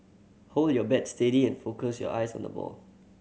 hold your bat steady and focus your eyes on the ball